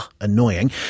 annoying